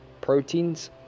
Proteins